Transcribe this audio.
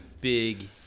big